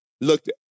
looked